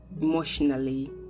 emotionally